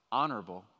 honorable